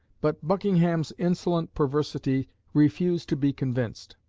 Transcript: but buckingham's insolent perversity refused to be convinced.